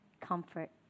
Comfort